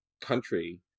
country